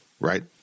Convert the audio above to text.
right